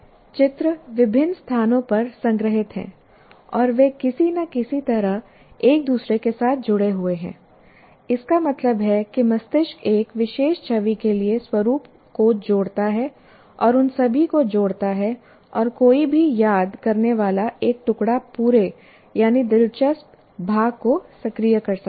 चित्र विभिन्न स्थानों पर संग्रहीत है और वे किसी न किसी तरह एक दूसरे के साथ जुड़े हुए हैं इसका मतलब है कि मस्तिष्क एक विशेष छवि के एक स्वरूप को जोड़ता है और उन सभी को जोड़ता है और कोई भी याद करने वाला एक टुकड़ा पूरे यानी दिलचस्प भाग को सक्रिय कर सकता है